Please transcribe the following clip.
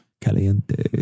Caliente